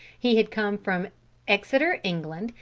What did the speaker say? he had come from exeter, england,